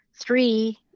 three